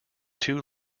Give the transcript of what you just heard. two